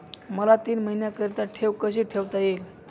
मला तीन महिन्याकरिता ठेव कशी ठेवता येईल?